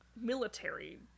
military